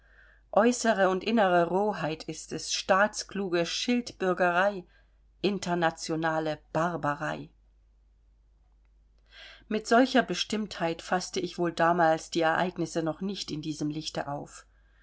außere und innere rohheit ist es staatskluge schildbürgerei internationale barbarei mit solcher bestimmtheit faßte ich wohl damals die ereignisse noch nicht in diesem lichte auf